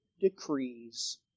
decrees